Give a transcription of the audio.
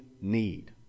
need